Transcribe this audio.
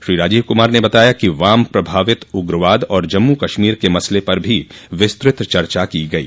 श्री राजीव कुमार ने बताया कि वाम प्रभावित उग्रवाद और जम्मू कश्मीर के मसले पर भी विस्तृत चर्चा की गई